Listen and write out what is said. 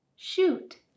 Shoot